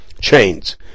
chains